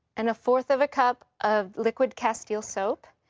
and one-fourth of a cup of liquid castile soap.